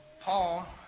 Paul